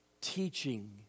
teaching